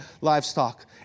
livestock